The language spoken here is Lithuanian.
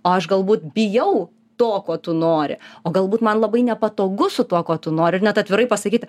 o aš galbūt bijau to ko tu nori o galbūt man labai nepatogu su tuo ko tu nori net atvirai pasakyti